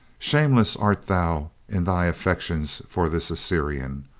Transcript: shameless art thou in thy affections for this assyrian!